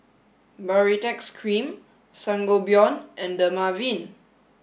Baritex Cream Sangobion and Dermaveen